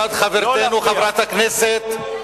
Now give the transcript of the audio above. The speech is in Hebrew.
חבר הכנסת בן-ארי,